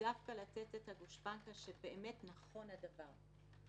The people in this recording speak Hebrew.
דווקא במתן הגושפנקא שבאמת נכון הדבר.